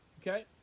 Okay